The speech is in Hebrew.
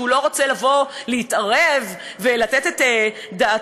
שהוא לא רוצה לבוא ולהתערב ולתת את דעתו,